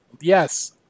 Yes